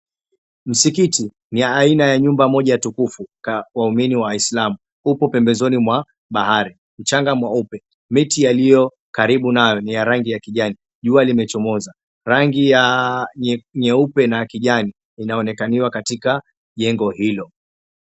Msikiti, ni ya aina ya nyumba moja tukufu kwa waumini wa kiislamu. Huku pembezoni mwa bahari, mchanga mweupe, miti yaliyo karibu nayo ni ya rangi kijani. Jua limechomza. Rangi ya nyeupe na kijani, inaonekaniwa katika jengo hilo.